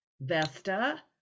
Vesta